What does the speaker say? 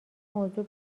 موضوع